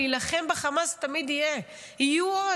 להילחם בחמאס תמיד תהיה הזדמנות,